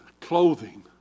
clothing